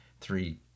three